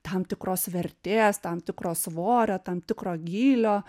tam tikros vertės tam tikro svorio tam tikro gylio